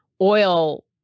oil